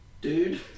dude